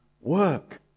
work